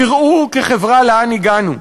תראו כחברה לאן הגענו.